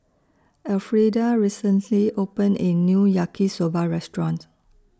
Elfrieda recently opened A New Yaki Soba Restaurant